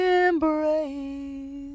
embrace